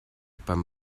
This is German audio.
beim